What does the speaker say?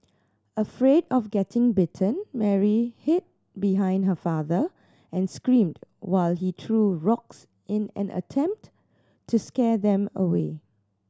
afraid of getting bitten Mary hid behind her father and screamed while he threw rocks in an attempt to scare them away